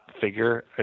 figure